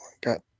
got